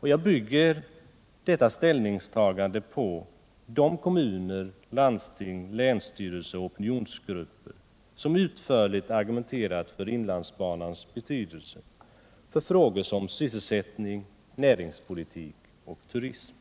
Jag bygger detta ställningstagande på uttalanden från berörda kommuner, landsting, länsstyrelser och opinionsgrupper, som utförligt argumenterat och framhållit inlandsbanans betydelse för sysselsättningen, näringspolitiken och turismen.